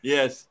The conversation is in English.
Yes